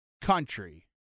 country